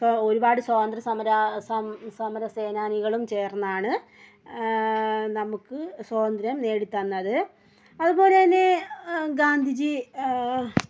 ഇപ്പോൾ ഒരുപാട് സ്വാതന്ത്ര്യസമര സമര സേനാനികളും ചേർന്നാണ് നമുക്ക് സ്വാതന്ത്ര്യം നേടിത്തന്നത് അതുപോലെന്നെ ഗാന്ധിജി